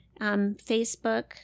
Facebook